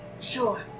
Sure